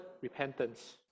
repentance